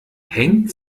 hängt